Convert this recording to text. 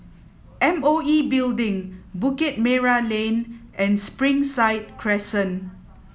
M O E Building Bukit Merah Lane and Springside Crescent